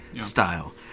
style